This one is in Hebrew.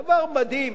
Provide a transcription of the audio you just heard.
דבר מדהים.